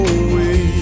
away